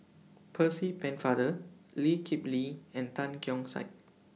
Percy Pennefather Lee Kip Lee and Tan Keong Saik